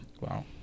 Wow